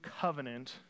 covenant